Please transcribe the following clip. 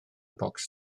bocs